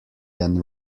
than